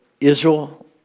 Israel